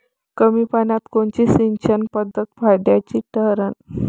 कमी पान्यात कोनची सिंचन पद्धत फायद्याची ठरन?